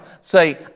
Say